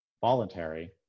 voluntary